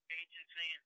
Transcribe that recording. agency